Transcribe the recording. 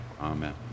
Amen